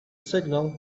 signal